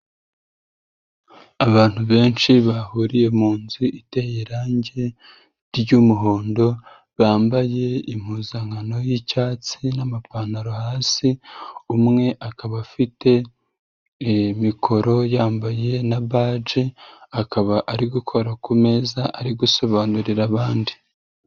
Abantu benshi bahuriye mu nzu iteye irange ry'umuhondo bambaye impuzankano y'icyatsi n'amapantaro hasi, umwe akaba afite mikoro yambaye na baje, akaba ari gukora ku meza ari gusobanurira abandi.